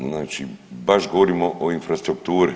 Znači baš govorimo o infrastrukturi.